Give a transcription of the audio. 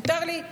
מותר לי?